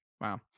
Wow